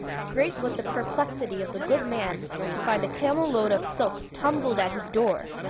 great was the perplexity of the good man to find a camel-load of silks tumbled at his door!